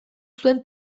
zuen